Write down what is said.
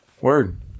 Word